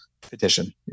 petition